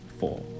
four